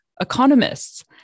economists